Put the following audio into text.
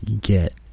Get